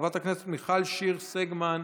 חברת הכנסת מיכל שיר סגמן,